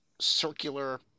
circular